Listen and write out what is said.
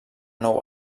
nou